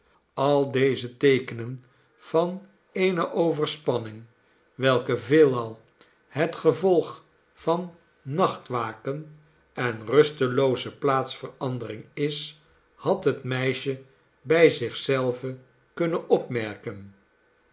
al deze teekenen van eene overspanning welke veelal het gevolg van nachtwaken en rustelooze plaatsverandering is had het meisje bij zich zelve kunnen opmerken